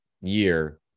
year